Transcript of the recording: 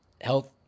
health